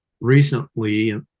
recently